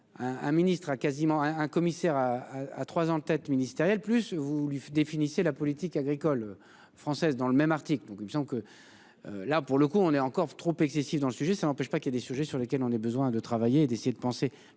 un ministre a quasiment un un commissaire. À trois en tête ministériels plus voulu définissait la politique agricole française dans le même article, donc disons que. Là pour le coup, on est encore trop excessif dans le sujet, ça n'empêche pas qu'il y a des sujets sur lesquels on ait besoin de travailler et d'essayer de penser